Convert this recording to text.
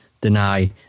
deny